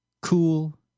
cool